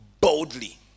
boldly